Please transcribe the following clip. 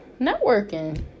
networking